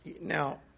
Now